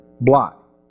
block